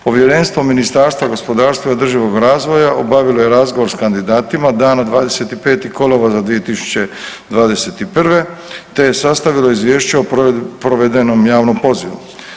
Povjerenstvo Ministarstva gospodarstva i održivog razvoja obavilo je razgovor s kandidatima dana 25. kolovoza 2021. te je sastavilo izvješće o provedenom javnom pozivu.